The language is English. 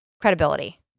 credibility